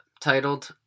titled